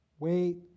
Wait